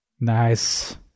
Nice